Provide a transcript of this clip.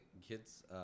kids